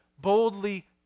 boldly